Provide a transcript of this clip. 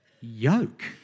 yoke